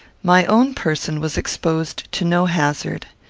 my own person was exposed to no hazard.